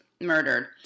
murdered